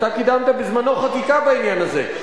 אתה קידמת בזמנו חקיקה בעניין הזה.